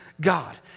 God